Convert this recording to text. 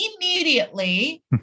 immediately